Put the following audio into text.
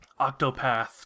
Octopath